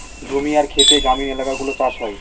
জমি আর খেতে গ্রামীণ এলাকাগুলো চাষ হয়